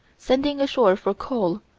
sending ashore for coal,